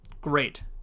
Great